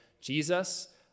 Jesus